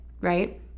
right